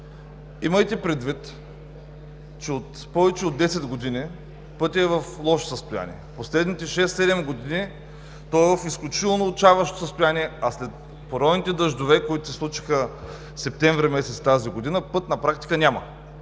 Имайте предвид, че от повече от десет години пътят е в лошо състояние. Последните шест-седем години той е в изключително отчайващо състояние, а след поройните дъждове, които се случиха септември месец тази година, път на практика няма.